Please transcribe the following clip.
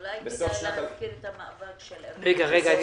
אולי כדאי להזכיר את המאבק של ארגון --- דקה.